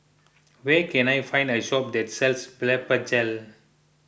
where can I find a shop that sells Blephagel